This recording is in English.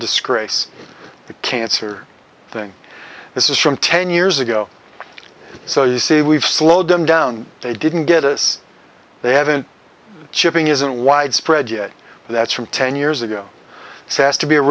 the cancer thing this is from ten years ago so you see we've slowed them down they didn't get us they haven't chipping isn't widespread yet that's from ten years ago says to be a